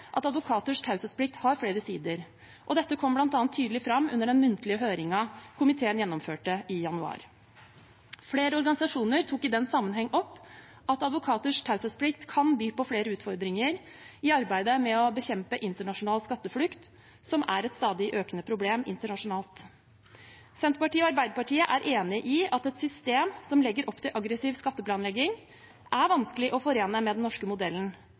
at advokaters taushetsplikt har flere sider, og dette kom bl.a. tydelig fram under den muntlige høringen komiteen gjennomførte i januar. Flere organisasjoner tok i den sammenheng opp at advokaters taushetsplikt kan by på flere utfordringer i arbeidet med å bekjempe internasjonal skatteflukt, som er et stadig økende problem internasjonalt. Senterpartiet og Arbeiderpartiet er enig i at et system som legger opp til aggressiv skatteplanlegging, er vanskelig å forene med den norske modellen,